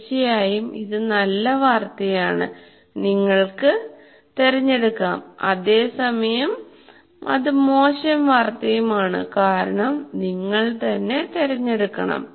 തീർച്ചയായും ഇത് നല്ല വാർത്തയാണ് നിങ്ങൾക്ക് തിരഞ്ഞെടുക്കാം അതെ സമയം മോശം വാർത്തയും ആണ് കാരണം നിങ്ങൾ തന്നെ തിരഞ്ഞെടുക്കണം